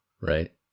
Right